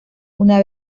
una